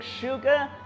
sugar